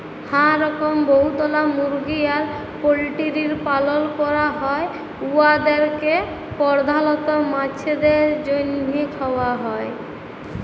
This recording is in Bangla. হাঁ রকম বহুতলা মুরগি আর পল্টিরির পালল ক্যরা হ্যয় উয়াদেরকে পর্ধালত মাংছের জ্যনহে খাউয়া হ্যয়